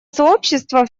сообщества